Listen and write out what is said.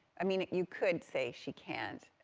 i mean, you could say she can't,